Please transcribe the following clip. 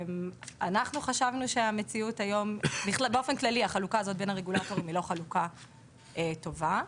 אנחנו חשבנו שהחלוקה הזו בין הרגולטורים היא לא חלוקה טובה.